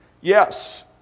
Yes